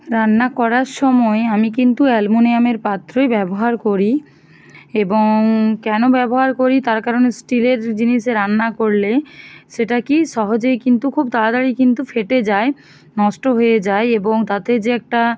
রান্না করার সময় আমি কিন্তু অ্যালমুনিয়ামের পাত্রই ব্যবহার করি এবং কেন ব্যবহার করি তার কারণ স্টিলের জিনিসে রান্না করলে সেটা কি সহজেই কিন্তু খুব তাতাড়ি কিন্তু ফেটে যায় নষ্ট হয়ে যায় এবং তাতে যে একটা